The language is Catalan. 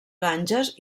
ganges